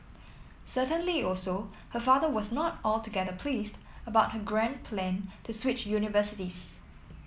certainly also her father was not altogether pleased about her grand plan to switch universities